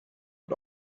had